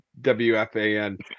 WFAN